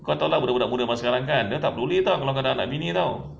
kau tahu lah budak-budak muda sekarang kan dia tak peduli [tau] kalau kau dah ada anak bini [tau]